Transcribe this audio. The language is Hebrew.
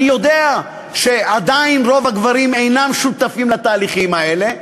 אני יודע שעדיין רוב הגברים אינם שותפים לתהליכים האלה,